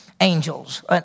angels